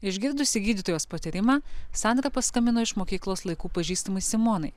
išgirdusi gydytojos patarimą sandra paskambino iš mokyklos laikų pažįstamai simonai